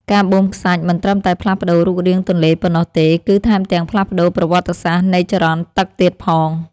ការបូមខ្សាច់មិនត្រឹមតែផ្លាស់ប្តូររូបរាងទន្លេប៉ុណ្ណោះទេ គឺ ថែមទាំងផ្លាស់ប្តូរប្រវត្តិសាស្ត្រនៃចរន្តទឹកទៀតផង។